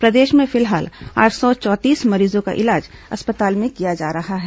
प्रदेश में फिलहाल आठ सौ चौंतीस मरीजों का इलाज अस्पताल में किया जा रहा है